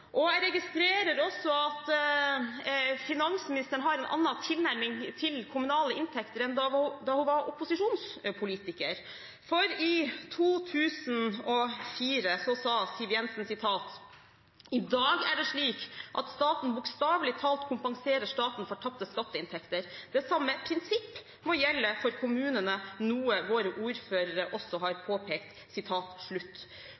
Jeg registrerer også at finansministeren har en annen tilnærming til kommunale inntekter enn da hun var opposisjonspolitiker. I 2004 sa Siv Jensen at det i dag er slik at staten bokstavelig talt kompenserer staten for tapte skatteinntekter, og at det samme prinsipp må gjelde for kommunene – noe våre ordførere også har påpekt.